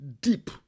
deep